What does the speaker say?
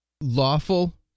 lawful